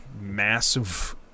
massive